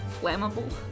flammable